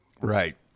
Right